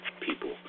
people